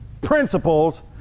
principles